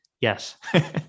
Yes